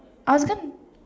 Argan